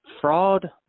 fraud